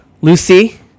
Lucy